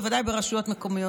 בוודאי ברשויות מקומיות,